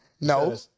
No